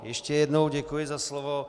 Ještě jednou děkuji za slovo.